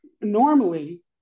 normally